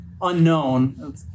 unknown